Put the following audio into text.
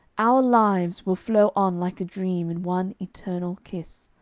our lives will flow on like a dream, in one eternal kiss.